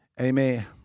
Amen